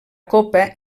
copa